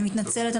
אני מתנצלת,